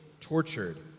tortured